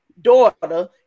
daughter